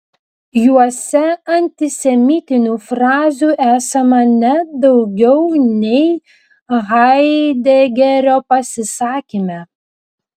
juose antisemitinių frazių esama net daugiau nei haidegerio pasisakyme